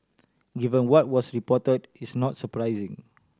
given what was reported it's not surprising